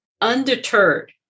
Undeterred